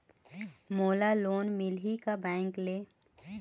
मोला लोन मिलही का बैंक ले?